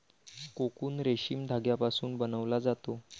cocoon रेशीम धाग्यापासून बनवला जातो